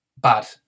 bad